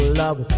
love